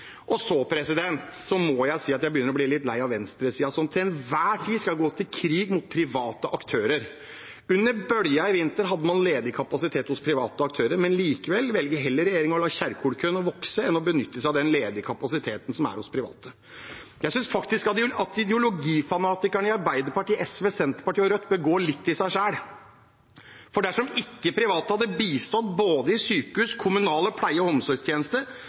må si jeg begynner å bli litt lei av venstresiden, som til enhver tid skal gå til krig mot private aktører. Under bølgen i vinter hadde man ledig kapasitet hos private aktører, men likevel velger regjeringen og Kjerkol heller å la køen vokse enn å benytte seg av den ledige kapasiteten som er hos private. Jeg synes faktisk at ideologifanatikerne i Arbeiderpartiet, SV, Senterpartiet og Rødt bør gå litt i seg selv, for dersom ikke private hadde bistått både i sykehus og i kommunale pleie- og omsorgstjenester,